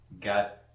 got